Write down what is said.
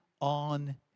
on